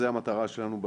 זו המטרה שלנו,